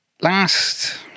last